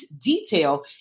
detail